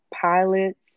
pilots